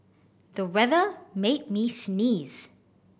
the weather made me sneeze